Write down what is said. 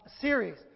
series